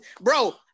bro